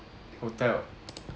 hotel